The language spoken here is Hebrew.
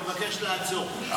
אני מבקש לעצור.